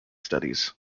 studies